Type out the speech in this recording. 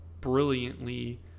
brilliantly